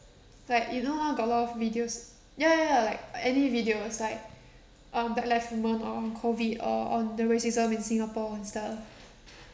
like you know now got a lot of videos ya ya ya like any videos like um black lives movement or COVID or on the racism in singapore and stuff